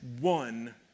one